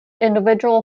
individual